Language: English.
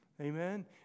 Amen